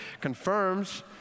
Confirms